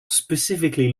specifically